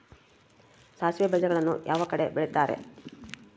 ಸಾಸಿವೆ ಬೇಜಗಳನ್ನ ಯಾವ ಕಡೆ ಬೆಳಿತಾರೆ?